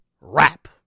rap